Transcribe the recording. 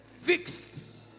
fixed